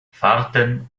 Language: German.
fahrten